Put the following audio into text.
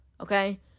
okay